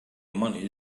money